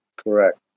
correct